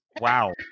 Wow